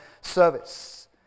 service